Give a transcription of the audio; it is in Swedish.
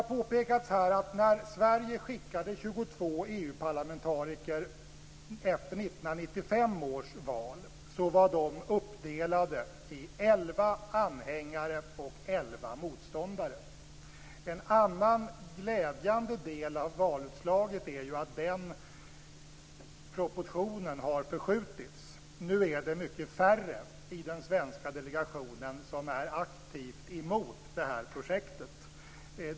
När Sverige skickade ned 22 EU-parlamentariker efter 1995 års val var dessa, såsom har påpekats här, uppdelade i elva anhängare och elva motståndare. En annan glädjande del av valutslaget är att den proportionen har förskjutits. Nu är det mycket färre i den svenska delegationen som är aktivt emot det här projektet.